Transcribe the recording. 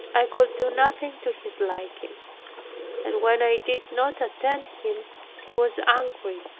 i could do nothing to his liking and when i did not attend him he was angry.